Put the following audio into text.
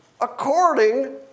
according